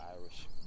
Irish